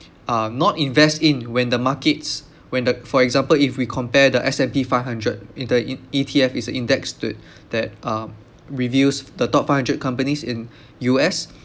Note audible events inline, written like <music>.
uh not invest in when the markets when the for example if we compare the S_&_P five hundred with the E~ E_T_F is a index to it that um <noise> reviews the top five hundred companies in U_S